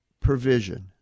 provision—